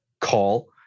call